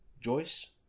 Joyce